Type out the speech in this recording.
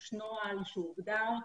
יש נוהל שהוגדר,